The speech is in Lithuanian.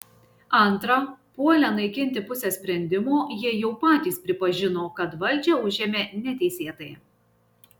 antra puolę naikinti pusę sprendimo jie jau patys pripažino kad valdžią užėmė neteisėtai